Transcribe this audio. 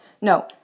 No